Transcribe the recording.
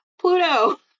Pluto